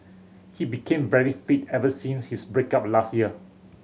he became very fit ever since his break up last year